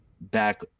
back